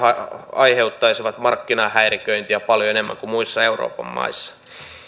aiheuttaisivat markkinahäiriköintiä paljon enemmän kuin muissa euroopan maissa